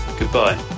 goodbye